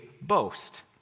boast